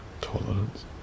Tolerance